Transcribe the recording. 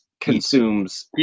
consumes